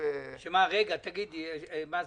שגית, תגידי מה זה.